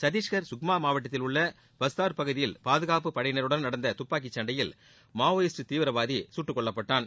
சத்தீஸ்கர் சுக்மா மாவட்டத்தில் உள்ள பஸ்தார் பகுதியில் பாதுகாப்புப்படையினருடன் நடந்த துப்பாக்கி சண்டையில் மாவோயிஸ்ட் தீவிரவாதி சுட்டுக்கொல்லப்பட்டான்